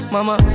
Mama